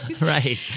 Right